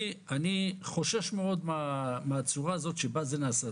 אני חושש מאוד מהצורה הזאת שבה זה נעשה.